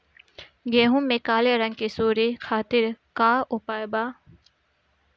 गेहूँ में काले रंग की सूड़ी खातिर का उपाय बा?